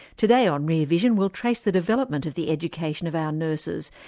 today on rear vision, we'll trace the development of the education of our nurses,